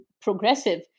progressive